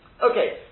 okay